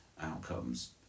outcomes